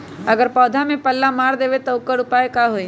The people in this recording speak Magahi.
अगर पौधा में पल्ला मार देबे त औकर उपाय का होई?